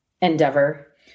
endeavor